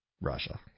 russia